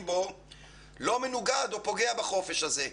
בו היום לא מנוגד או פוגע בחופש הזה.